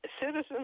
citizens